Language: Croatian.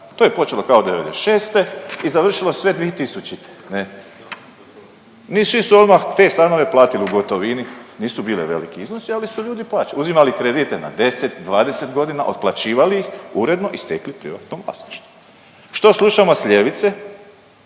To je počelo kao '96. i završilo sve 2000., ne i svi su odmah te stanove platili u gotovini, nisu bili veliki iznosi, ali su ljudi plaćali, uzimali kredite na 10, 20.g., otplaćivali ih uredno i stekli privatno vlasništvo. Što slušamo s ljevice?